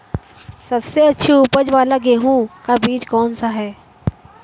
सबसे अच्छी उपज वाला गेहूँ का बीज कौन सा है?